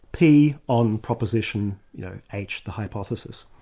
p on proposition h, the hypothesis.